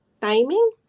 timing